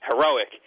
heroic